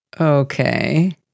Okay